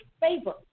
favor